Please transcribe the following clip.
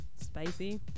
spicy